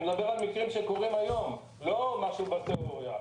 אני מדבר על מקרים שקורים היום, לא משהו בתיאוריה.